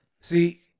See